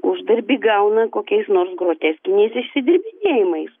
uždarbį gauna kokiais nors groteskiniais išsidirbinėjimais